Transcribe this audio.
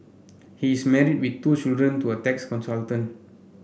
he is married with two children to a tax consultant